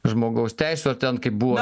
žmogaus teisių ar ten kaip buvo